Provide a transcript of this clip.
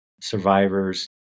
survivors